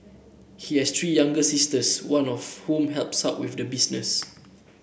he has three younger sisters one of whom helps out with the business